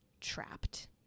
trapped